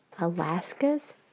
Alaska's